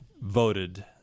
voted